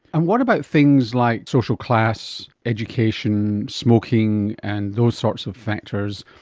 and what about things like social class, education, smoking and those sorts of factors?